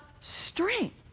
strength